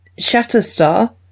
Shatterstar